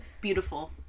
Beautiful